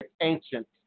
ancient